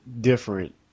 different